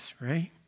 Right